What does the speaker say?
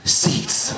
seats